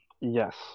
Yes